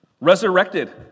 Resurrected